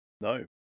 No